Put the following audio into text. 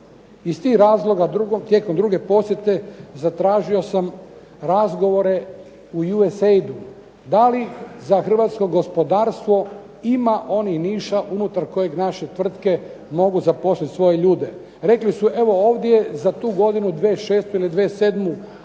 Iz tih razloga tijekom druge posjete zatražio sam razgovore u USA. Da li za hrvatsko gospodarstvo ima onih niša unutar kojeg naše tvrtke mogu zaposlit svoje ljude. Rekli su evo ovdje za tu godinu, 2006. ili 2007.